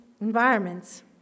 environments